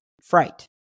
fright